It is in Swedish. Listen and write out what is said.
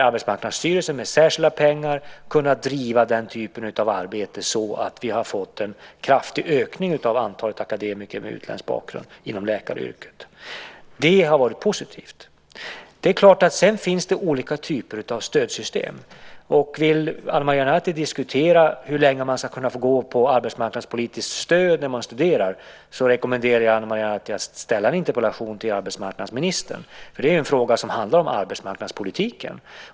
Arbetsmarknadsstyrelsen har med särskilda pengar kunnat driva den typen av arbete så att vi har fått en kraftig ökning av antalet akademiker med utländsk bakgrund inom läkaryrket. Det har varit positivt. Det är klart att det sedan finns olika typer av stödsystem. Vill Ana Maria Narti diskutera hur länge man ska kunna få gå på arbetsmarknadspolitiskt stöd när man studerar rekommenderar jag Ana Maria Narti att ställa en interpellation till arbetsmarknadsministern, för det är en fråga som handlar om arbetsmarknadspolitiken.